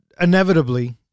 inevitably